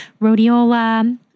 rhodiola